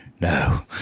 no